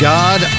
God